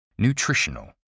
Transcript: Nutritional